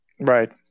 right